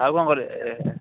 ଆଉ କ'ଣ କରିବା ଏ